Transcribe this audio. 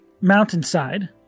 mountainside